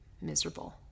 miserable